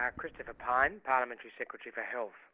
yeah christopher pyne, parliamentary secretary for health.